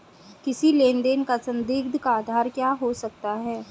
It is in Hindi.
किसी लेन देन का संदिग्ध का आधार क्या हो सकता है?